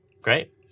Great